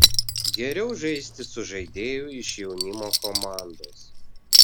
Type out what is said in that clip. geriau žaisti su žaidėju iš jaunimo komandos